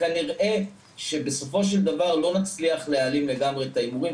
כנראה שבסופו של דבר לא נצליח להעלים לגמרי את ההימורים,